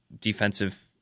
defensive